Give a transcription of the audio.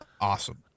awesome